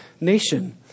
nation